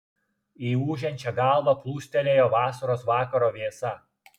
į ūžiančią galvą plūstelėjo vasaros vakaro vėsa